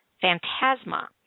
Phantasma